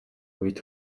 үед